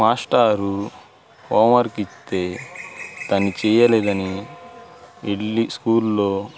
మాస్టారు హోమ్వర్క్ ఇస్తే దాన్ని చేయలేదని ఎడ్లీ స్కూల్లో